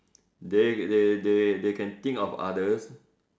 they they they they can think of others